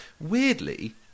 weirdly